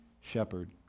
shepherd